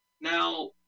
Now